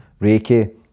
Reiki